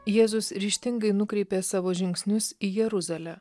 jėzus ryžtingai nukreipė savo žingsnius į jeruzalę